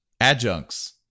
Adjuncts